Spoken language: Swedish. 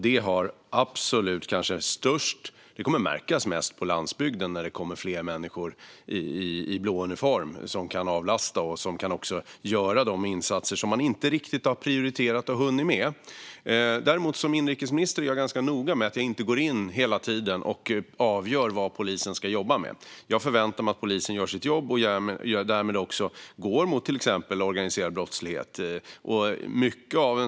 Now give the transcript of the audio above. Detta kommer att märkas mest på landsbygden när det kommer fler människor i blå uniform som kan avlasta och göra de insatser som man inte riktigt har prioriterat eller hunnit med. Som inrikesminister är jag däremot ganska noga med att inte hela tiden gå in och avgöra vad polisen ska jobba med. Jag förväntar mig att polisen gör sitt jobb och inriktar sig på till exempel organiserad brottslighet.